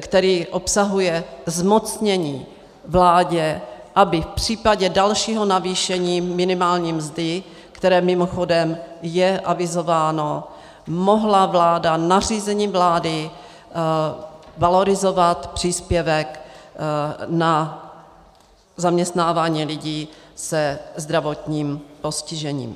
který obsahuje zmocnění vládě, aby v případě dalšího navýšení minimální mzdy, které mimochodem je avizováno, mohla vláda nařízením vlády valorizovat příspěvek na zaměstnávání lidí se zdravotním postižením.